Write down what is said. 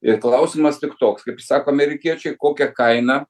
ir klausimas tik toks kaip sako amerikiečiai kokią kainą